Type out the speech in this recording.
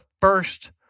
first